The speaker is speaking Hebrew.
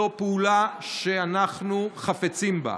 זו פעולה שאנחנו חפצים בה.